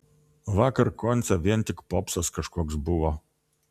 vakar konce vien tik popsas kažkoks buvo